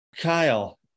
Kyle